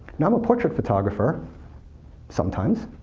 now, i'm a portrait photographer sometimes.